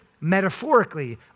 metaphorically